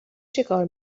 چیکار